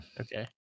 Okay